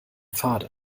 fade